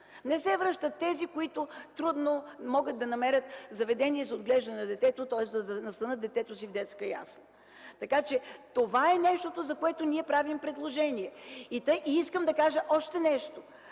Не се връщат тези, които трудно могат да намерят заведения за отглеждане на детето, тоест да настанят детето си в детска ясла. Това е нещото, за което ние правим предложение. Искам да кажа и още нещо.